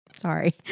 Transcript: Sorry